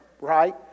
Right